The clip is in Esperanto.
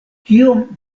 kiom